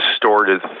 distorted